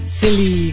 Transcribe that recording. silly